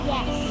Yes